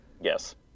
Yes